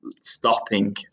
stopping